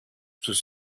sus